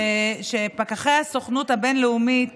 שפקחי הסוכנות הבין-לאומית